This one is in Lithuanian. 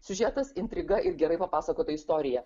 siužetas intriga ir gerai papasakota istorija